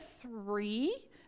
three